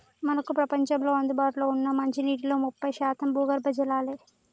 మనకు ప్రపంచంలో అందుబాటులో ఉన్న మంచినీటిలో ముప్పై శాతం భూగర్భ జలాలే